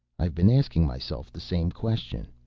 i've been asking myself the same question.